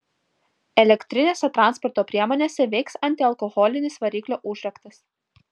elektrinėse transporto priemonėse veiks antialkoholinis variklio užraktas